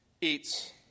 eats